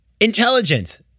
intelligence